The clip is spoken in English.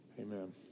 Amen